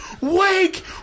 Wake